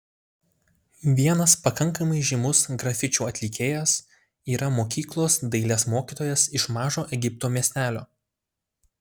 vienas pakankamai žymus grafičių atlikėjas yra mokyklos dailės mokytojas iš mažo egipto miestelio